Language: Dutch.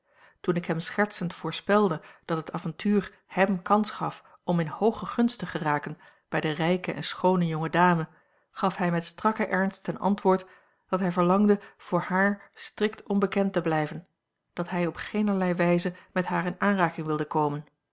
toen ik hem schertsend voorspelde dat het avontuur hem kans gaf om in hooge gunst te geraken bij de rijke en schoone jonge dame gaf hij met strakken ernst ten antwoord dat hij verlangde voor haar strikt onbekend te blijven dat hij op geenerlei wijze met haar in aanraking wilde komen